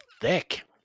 thick